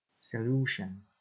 Solution